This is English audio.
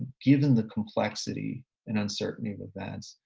given the complexity and uncertainty of events,